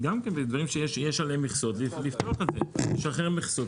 דברים שיש עליהם מכסות, לשחרר מכסות.